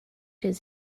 his